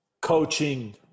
coaching